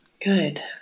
Good